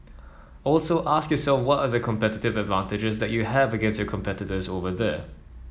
also ask yourself what are the competitive advantages that you have against your competitors over there